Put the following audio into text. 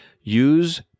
Use